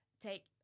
take